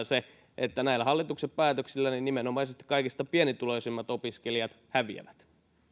se että näillä hallituksen päätöksillä nimenomaisesti kaikista pienituloisimmat opiskelijat häviävät